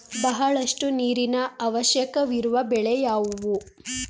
ಬಹಳಷ್ಟು ನೀರಿನ ಅವಶ್ಯಕವಿರುವ ಬೆಳೆ ಯಾವುವು?